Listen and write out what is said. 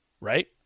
Right